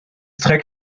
trägt